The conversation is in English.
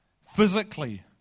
physically